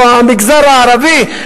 או המגזר הערבי,